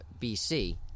BC